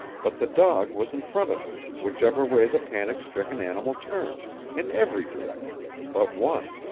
but the dog was in front of it, whichever way the panic-stricken animal turned in every direction but one.